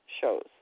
shows